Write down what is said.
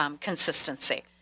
consistency